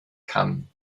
kann